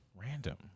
Random